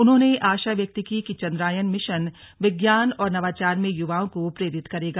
उन्होंने आशा व्यक्त की कि चंद्रयान मिशन विज्ञान और नवाचार में युवाओं को प्रेरित करेगा